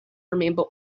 remember